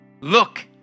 Look